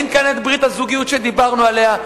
אין כאן את ברית הזוגיות שדיברנו עליה.